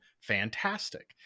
fantastic